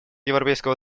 европейского